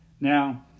Now